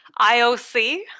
IOC